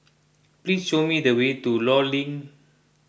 please show me the way to Law Link